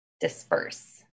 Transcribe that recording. disperse